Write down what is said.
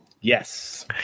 yes